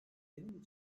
benim